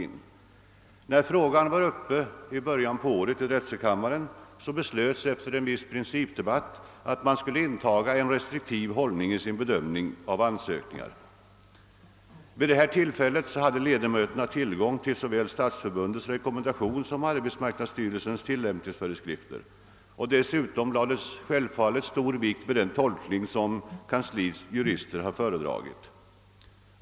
När frågan var uppe i början på året i drätselkammaren beslöts efter en viss principdebatt, att man skulle inta en restriktiv hållning vid bedömningen av ansökningar. Vid detta tillfälle hade ledamöterna tillgång till såväl Stadsförbundets rekommendation som arbetsmarknadsstyrelsens tillämpningsföreskrifter. Dessutom lades självfallet stor vikt vid den tolkning, som kansliets jurister gav.